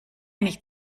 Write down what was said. nicht